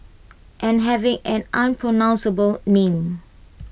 and having an unpronounceable name